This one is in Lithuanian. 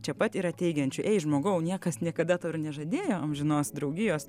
čia pat yra teigiančių ei žmogau niekas niekada to ir nežadėjo amžinos draugijos